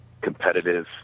competitive